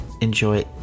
enjoy